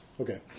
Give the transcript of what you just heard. Okay